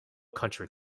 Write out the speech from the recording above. country